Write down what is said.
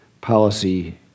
policy